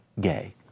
gay